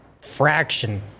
fraction